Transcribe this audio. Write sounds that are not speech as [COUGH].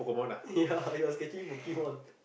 ya [LAUGHS] he was catching Pokemon